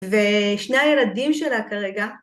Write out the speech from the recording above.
ושני הילדים שלה כרגע.